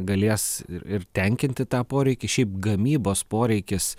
galės ir ir tenkinti tą poreikį šiaip gamybos poreikis